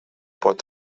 pot